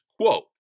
quote